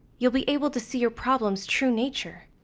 you'll be able to see your problem's true nature.